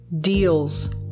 deals